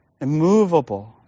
immovable